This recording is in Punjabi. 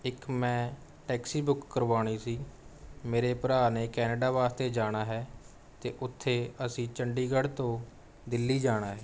ਇੱਕ ਮੈਂ ਟੈਕਸੀ ਬੁੱਕ ਕਰਵਾਉਣੀ ਸੀ ਮੇਰੇ ਭਰਾ ਨੇ ਕੈਨੇਡਾ ਵਾਸਤੇ ਜਾਣਾ ਹੈ ਅਤੇ ਉੱਥੇ ਅਸੀਂ ਚੰਡੀਗੜ੍ਹ ਤੋਂ ਦਿੱਲੀ ਜਾਣਾ ਹੈ